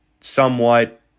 somewhat